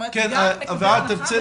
נכון